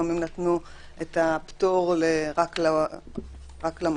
לפעמים נתנו את הפטור רק למקום,